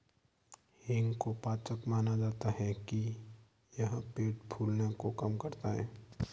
हींग को पाचक माना जाता है कि यह पेट फूलने को कम करता है